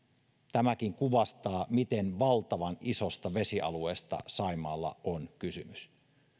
tämäkin kuvastaa miten valtavan isosta vesialueesta saimaalla on kysymys